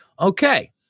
Okay